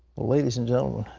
ladies and gentlemen,